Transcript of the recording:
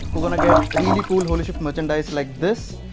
we're gonna get really cool holy shift merchandise like this.